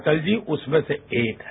अटल जी उसमें से एक हैं